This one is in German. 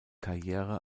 karriere